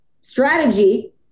strategy